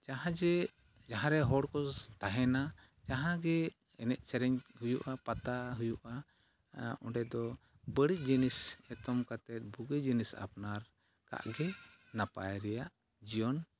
ᱡᱟᱦᱟᱸ ᱡᱮ ᱡᱟᱦᱟᱸᱨᱮ ᱦᱚᱲᱠᱚ ᱛᱟᱦᱮᱱᱟ ᱡᱟᱦᱟᱸᱜᱮ ᱮᱱᱮᱡ ᱥᱮᱨᱮᱧ ᱦᱩᱭᱩᱜᱼᱟ ᱯᱟᱛᱟ ᱦᱩᱭᱩᱜᱼᱟ ᱚᱸᱰᱮ ᱫᱚ ᱵᱟᱹᱲᱤᱡ ᱡᱤᱱᱤᱥ ᱮᱛᱚᱢ ᱠᱟᱛᱮᱫ ᱵᱩᱜᱤ ᱡᱤᱱᱤᱥ ᱟᱯᱱᱟᱨ ᱠᱟᱜᱼᱜᱮ ᱱᱟᱯᱟᱭ ᱨᱮᱭᱟᱜ ᱡᱤᱭᱚᱱ